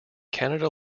canada